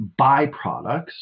byproducts